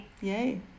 Yay